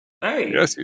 Hey